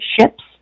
ships